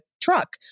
truck